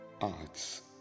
Arts